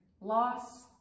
loss